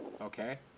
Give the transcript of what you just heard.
okay